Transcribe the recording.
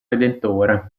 redentore